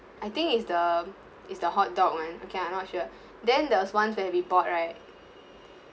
I think is the is the hotdog one okay I'm not sure then there was once where we bought right